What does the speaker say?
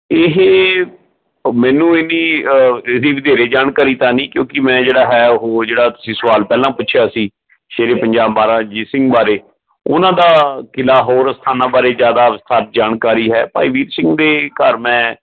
ਇਹ ਮੈਨੂੰ ਇੰਨੀ ਇਹਦੀ ਵਧੇਰੇ ਜਾਣਕਾਰੀ ਤਾਂ ਨਹੀਂ ਕਿਉਂਕਿ ਮੈਂ ਜਿਹੜਾ ਹੈ ਉਹ ਜਿਹੜਾ ਤੁਸੀਂ ਸਵਾਲ ਪਹਿਲਾਂ ਪੁੱਛਿਆ ਸੀ ਸ਼ੇਰੇ ਪੰਜਾਬ ਮਹਾਰਾਜਾ ਰਣਜੀਤ ਸਿੰਘ ਬਾਰੇ ਉਹਨਾਂ ਦਾ ਕਿਲਾ ਹੋਰ ਅਸਥਾਨਾਂ ਬਾਰੇ ਜ਼ਿਆਦਾ ਜਾਣਕਾਰੀ ਹੈ ਭਾਈ ਵੀਰ ਸਿੰਘ ਦੇ ਘਰ ਮੈਂ